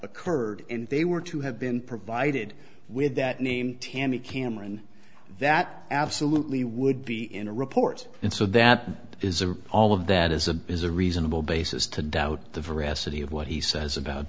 occurred and they were to have been provided with that name tammy cameron that absolutely would be in a report and so that is a all of that is a bizarre reasonable basis to doubt the veracity of what he says about